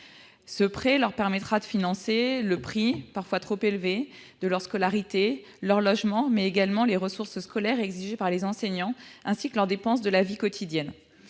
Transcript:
Ce prêt leur permettra de financer le prix, parfois trop élevé, de leur scolarité, leur logement, mais également les ressources scolaires exigées par les enseignants, ainsi que leurs dépenses de la vie quotidienne.